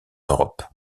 europe